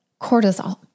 cortisol